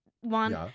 one